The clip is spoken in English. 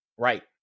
Right